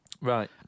Right